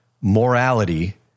morality